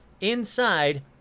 inside